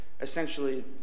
essentially